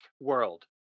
World